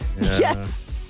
Yes